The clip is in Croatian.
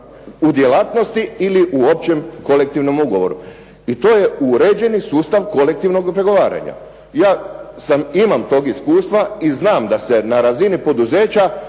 u djelatnosti ili u općem kolektivnom ugovoru. I to je uređeni sustav kolektivnog pregovaranja. Ja imam tog iskustva i znam da se na razini poduzeća